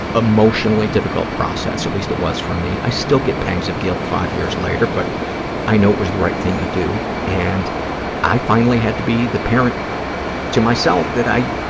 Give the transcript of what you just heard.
emotionally difficult process. at least it was for me. i still get pangs of guilt five years later, but i know it was the right thing to do, and i finally had to be the parent to myself that i,